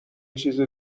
چیز